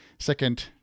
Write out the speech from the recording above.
Second